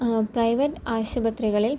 private ആശുപത്രികളിൽ